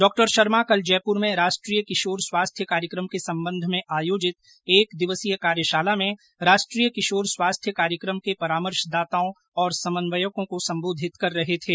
डॉ शर्मा कल जयप्र में राष्ट्रीय किशोर स्वास्थ्य कार्यक्रम के सम्बन्ध में आयोजित एक दिवसीय कार्यशाला में राष्ट्रीय किशोर स्वास्थ्य कार्यक्रम के परामर्शदाताओं और समन्वयकों को संबोधित कर रहे थे